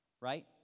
right